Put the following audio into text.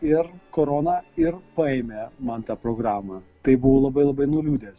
ir korona ir paėmė man tą programą tai buvau labai labai nuliūdęs